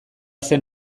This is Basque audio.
zen